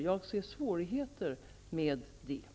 Jag ser svårigheter med det.